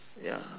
ya